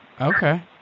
Okay